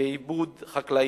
ועיבוד חקלאי,